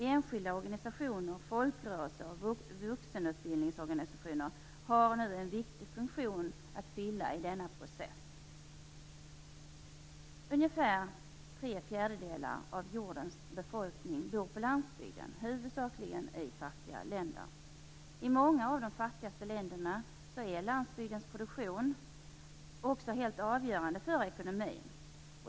Enskilda organisationer, folkrörelser och vuxenutbildningsorganisationer har en viktig funktion att fylla i denna process. Ungefär tre fjärdedelar av jordens befolkning bor på landsbygden - huvudsakligen i fattiga länder. I många av de fattigaste länderna är landsbygdens produktion också helt avgörande för ekonomin.